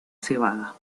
cebada